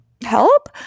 help